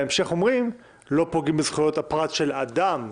בהמשך אנחנו אומרים שלא פוגעים בזכויות הפרט של אדם,